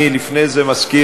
לפני זה אני מזכיר